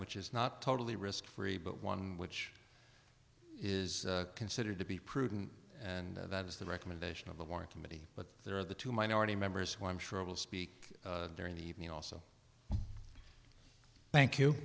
which is not totally risk free but one which is considered to be prudent and that is the recommendation of the one committee but there are the two minority members who i'm sure will speak during the evening also thank you